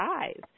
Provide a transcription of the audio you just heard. eyes